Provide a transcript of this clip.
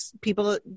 people